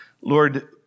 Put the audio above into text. Lord